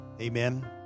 Amen